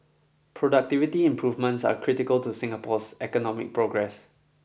productivity improvements are critical to Singapore's economic progress